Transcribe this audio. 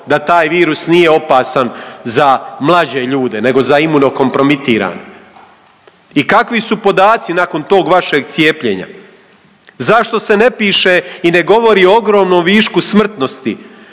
da taj virus nije opasan za mlađe ljude nego za imuno kompromitirane i kakvi su podaci nakon tog vašeg cijepljenja? Zašto se ne piše i ne govori o ogromnom višku smrtnosti